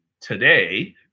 today